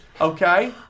Okay